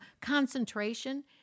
concentration